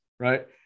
Right